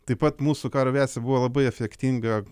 taip pat mūsų karo avijacija buvo labai efektinga